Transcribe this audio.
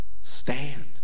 stand